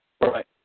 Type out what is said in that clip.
Right